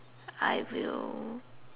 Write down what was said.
I will